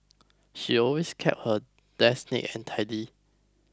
she always keeps her desk neat and tidy